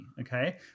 Okay